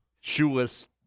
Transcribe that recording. shoeless